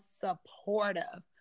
supportive